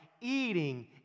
eating